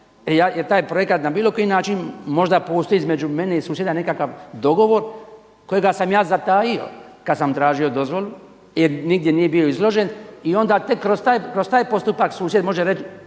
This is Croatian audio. Jer taj projekat na bilo koji način možda postoji između mene i susjeda nekakav dogovor kojega sam ja zatajio kada sam tražio dozvolu jer nigdje nije bio izložen i onda tek kroz taj postupak susjed može reći,